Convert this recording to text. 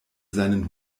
seinen